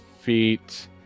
feet